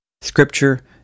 scripture